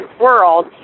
world